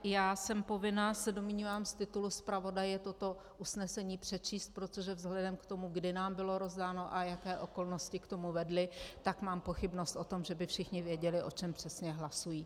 Já jsem povinna, se domnívám, z titulu zpravodaje toto usnesení přečíst, protože vzhledem k tomu, kdy nám bylo rozdáno a jaké okolnosti k tomu vedly, tak mám pochybnost o tom, že by všichni věděli, o čem přesně hlasují.